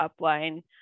upline